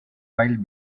wild